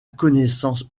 connaissance